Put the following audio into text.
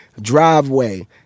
driveway